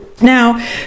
Now